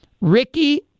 Ricky